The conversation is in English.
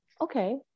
okay